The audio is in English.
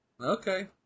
Okay